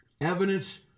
Evidence